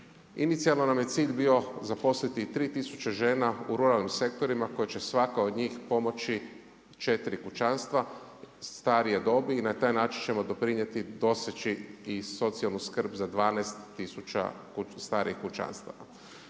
Inicijalno nam je cilj bio zaposliti 3000 žena u ruralnim sektorima koje će svaka od njih pomoći 4 kućanstva starije dobi i na taj način ćemo doprinijeti, doseći i socijalnu skrb za 12000 starijih kućanstava.